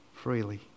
freely